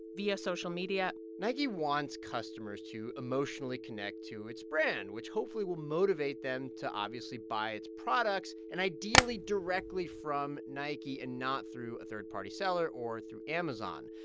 via social media nike wants customers to emotionally connect to its brand, which hopefully will motivate them to obviously by its products and ideally, directly from nike and not through a third-party seller or through amazon.